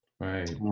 Right